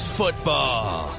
football